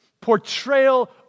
portrayal